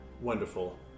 Wonderful